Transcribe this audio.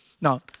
Now